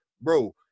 Bro